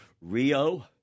Rio